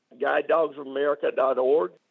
guidedogsofamerica.org